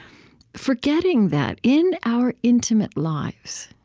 forgetting that in our intimate lives,